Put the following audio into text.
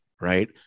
right